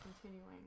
continuing